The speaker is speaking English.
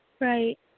Right